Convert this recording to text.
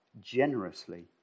generously